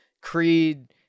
Creed